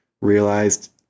realized